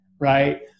right